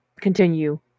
continue